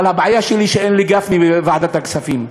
אבל הבעיה שלי היא שאין לי גפני בוועדת הכספים.